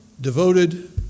devoted